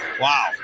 Wow